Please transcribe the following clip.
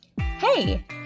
Hey